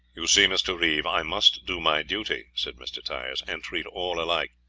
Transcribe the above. you see, mr. reeve, i must do my duty, said mr. tyers, and treat all alike.